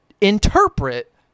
interpret